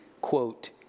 quote